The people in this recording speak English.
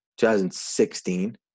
2016